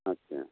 আচ্ছা